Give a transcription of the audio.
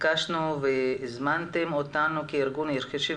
ביקשנו והזמנתם אותנו כארגוני חירשים,